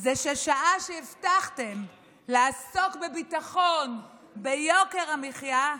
זה ששעה שהבטחתם לעסוק בביטחון, ביוקר המחיה,